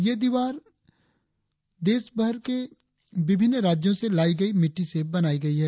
ये दीवार देशभर में विभिन्न राज्यों से लाई गई मिट्टी से बनाई गई है